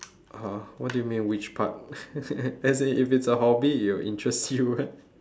!huh! what do you mean which part as in if it's a hobby it will interest you [what]